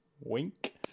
Wink